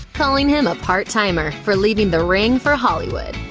calling him a part-timer for leaving the ring for hollywood.